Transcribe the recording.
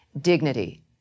dignity